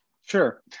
Sure